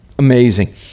Amazing